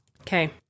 Okay